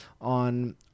on